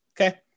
okay